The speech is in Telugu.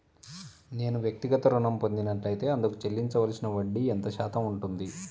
నేను వ్యక్తిగత ఋణం పొందినట్లైతే అందుకు చెల్లించవలసిన వడ్డీ ఎంత శాతం ఉంటుంది?